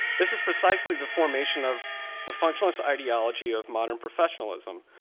this is precisely the formation of the functionalist ideology of modern professionalism,